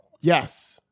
Yes